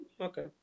okay